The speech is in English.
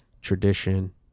tradition